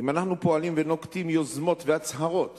אם אנחנו פועלים ונוקטים יוזמות והצהרות